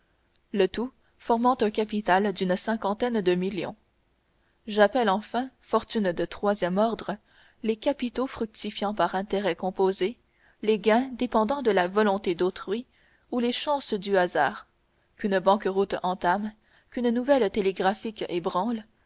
le tout formant un capital d'une cinquantaine de millions j'appelle enfin fortune de troisième ordre les capitaux fructifiant par intérêts composés les gains dépendant de la volonté d'autrui ou des chances du hasard qu'une banqueroute entame qu'une nouvelle télégraphique